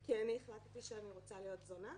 כי אני החלטתי שאני רוצה להיות זונה?